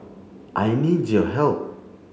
I need your help